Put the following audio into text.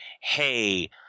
hey